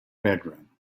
bedroom